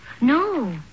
No